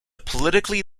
politically